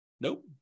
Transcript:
Nope